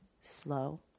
slow